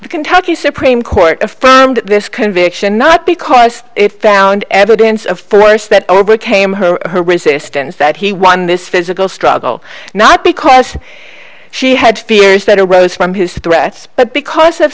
kentucky supreme court affirmed this conviction not because if ound evidence of thirst that overcame her or her resistance that he won this physical struggle not because she had fears that arose from his threats but because of